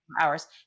hours